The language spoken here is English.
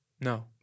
No